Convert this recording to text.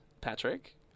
Patrick